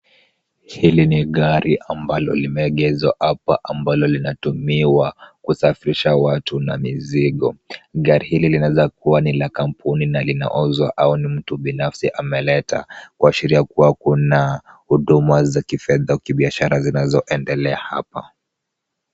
Hili ni gari ambalo limeegeshwa hapa ambalo linatumiwa kusafirisha watu na mizigo. Gari hili linaweza kuwa ni la kampuni na linauzwa au ni la mtu binafsi ameleta kuashiria kuna huduma za fedha kibiashara zinazoendelea hapa.